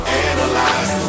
analyze